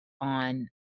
on